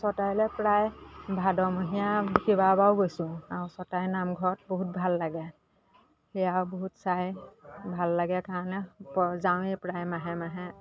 ছটাইলৈ প্ৰায় ভাদমহীয়া কেইবাবাৰু গৈছোঁ আৰু ছটাই নামঘৰত বহুত ভাল লাগে সেয়াও বহুত চায় ভাল লাগে কাৰণে যাওঁৱেই প্ৰায় মাহে মাহে